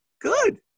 good